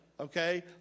okay